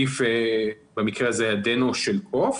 במקרה זה נגיף של קוף